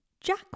Jack